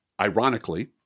ironically